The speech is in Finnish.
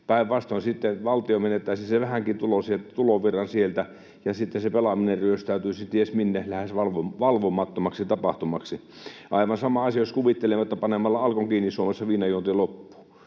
Päinvastoin sitten valtio menettäisi sen vähänkin tulovirran sieltä ja sitten se pelaaminen ryöstäytyisi ties minne lähes valvomattomaksi tapahtumaksi. On aivan sama asia, jos kuvittelemme, että panemalla Alkon kiinni Suomessa viinanjuonti loppuu.